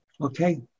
okay